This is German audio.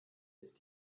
ist